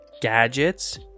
gadgets